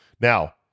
Now